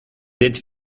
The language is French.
êtes